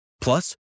Plus